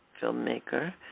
filmmaker